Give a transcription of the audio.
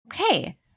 Okay